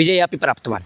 विजयापि प्राप्तवान्